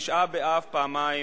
בתשעה באב פעמיים